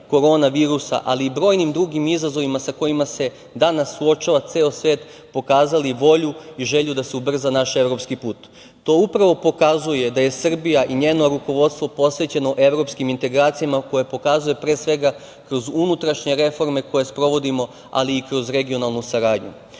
ali i brojnim drugim izazovima sa kojima se danas suočava ceo svet pokazali volju i želju da se ubrza naš evropski put. To upravo pokazuje da je Srbija i njeno rukovodstvo posvećeno evropskim integracijama koje pokazuje pre svega kroz unutrašnje reforme koje sprovodimo, ali i kroz regionalnu saradnju. Hoću